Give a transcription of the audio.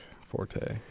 forte